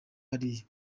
hariya